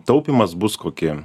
taupymas bus kokie